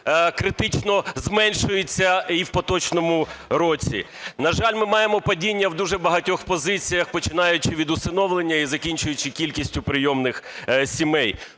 критично зменшується і в поточному році. На жаль, ми маємо падіння в дуже багатьох позиціях, починаючи від усиновлення і закінчуючи кількістю прийомних сімей.